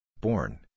Born